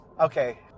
Okay